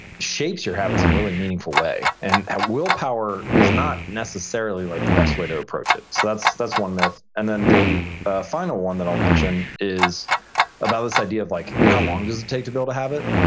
shapes your habits in a really meaningful way. and ah willpower is not necessarily like the best way to approach it. so that's one myth and then the ah final one that i'll mention is about this idea of like how long does it take to build a habit?